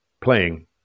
Playing